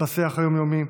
בשיח היום-יומי,